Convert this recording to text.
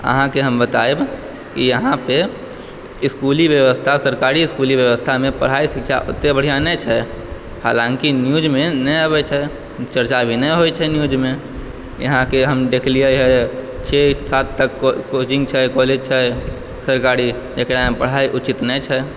अहाँके हम बतायब ई अहाँ पे इसकुली व्यवस्था सरकारी इसकुली ल व्यवस्थामे पढाइ शिक्षा ओते बढ़िऑं नहि छै हालाँकि न्यूज़ मे नहि अबै छै चर्चा भी नहि होइ छै न्यूज़ मे इएह के हम देखलियै हय छओ सात तक कोचिंग छै कॉलेज छै सरकारी जेकरा मे पढाइ उचित नहि छै